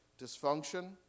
Dysfunction